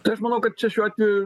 tai aš manau kad čia šiuo atveju